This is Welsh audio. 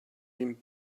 dim